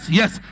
yes